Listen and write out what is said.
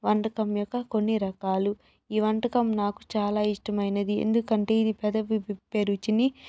వంటకం యొక్క కొన్ని రకాలు ఈ వంటకం నాకు చాలా ఇష్టమైనది ఎందుకంటే ఇది పెదవి విప్పే రుచిని